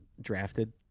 drafted